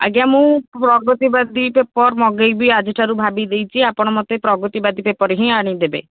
ଆଜ୍ଞା ମୁଁ ପ୍ରଗଦିବାଦୀ ପେପର୍ ମଗେଇବି ଆଜିଠାରୁ ଭାବି ଦେଇଛି ଆପଣ ମୋତେ ପ୍ରଗଦିବାଦୀ ପେପର୍ ହିଁ ଆଣିଦେବେ